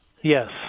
Yes